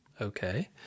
Okay